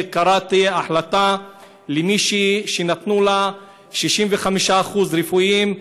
קראתי על החלטה למישהי שנתנו לה 65% רפואית,